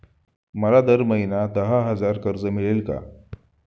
मला दर महिना दहा हजार कर्ज मिळेल का?